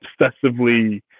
obsessively